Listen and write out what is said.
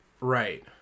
Right